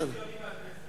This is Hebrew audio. יותר ציוני מהכנסת.